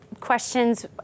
Questions